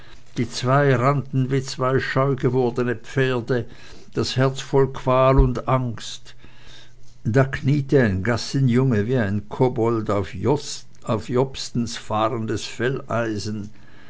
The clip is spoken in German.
die zwei rannten wie scheu gewordene pferde das herz voll qual und angst da kniete ein gassenjunge wie ein kobold auf jobstens fahrendes felleisen